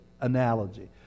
analogy